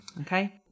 Okay